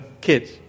kids